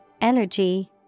energy